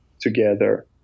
together